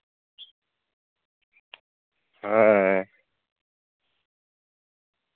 ᱦᱮᱸ